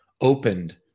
opened